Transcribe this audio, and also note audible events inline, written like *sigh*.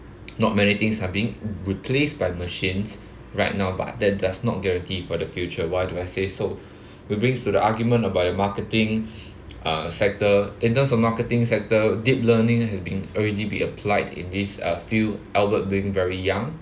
not many things are being replaced by machines right now but that does not guarantee for the future why do I say so we brings to the argument about the marketing *breath* uh sector in terms of marketing sector deep learning has been already be applied in this uh field albeit being very young